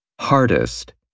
Hardest